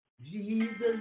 Jesus